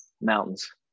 Mountains